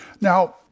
Now